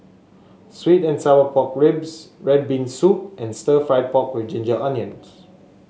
sweet and Sour Pork Ribs red bean soup and Stir Fried Pork with Ginger Onions